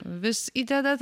vis įdedat